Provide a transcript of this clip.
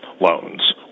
loans